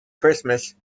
christmas